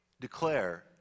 declare